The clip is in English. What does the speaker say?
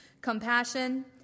compassion